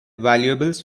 valuables